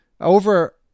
over